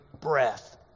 breath